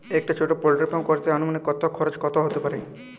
একটা ছোটো poultry farm করতে আনুমানিক কত খরচ কত হতে পারে?